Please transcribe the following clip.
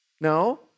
No